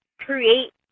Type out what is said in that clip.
create